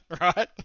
right